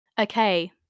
Okay